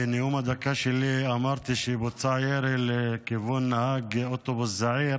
בנאום הדקה שלי אמרתי שבוצע ירי לכיוון נהג אוטובוס זעיר